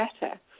better